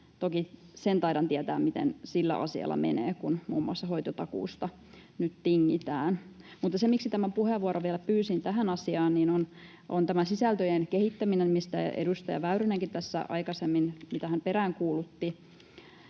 Toki sen taidan tietää, miten sillä asialla menee, kun muun muassa hoitotakuusta nyt tingitään. Mutta se, miksi tämän puheenvuoron vielä pyysin tähän asiaan, on tämä sisältöjen kehittäminen, mitä edustaja Väyrynenkin tässä aikaisemmin peräänkuulutti.